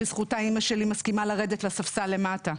בזכותה אימא שלי מסכימה לרדת לספסל למטה.